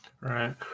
right